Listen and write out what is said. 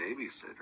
babysitter